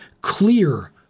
clear